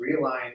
realigned